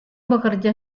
bekerja